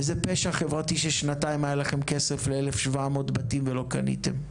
וזה פשע חברתי ששנתיים היה לכם כסף ל-1,700 בתים ולא קניתם.